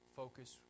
focus